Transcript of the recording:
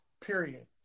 Period